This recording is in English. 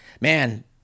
man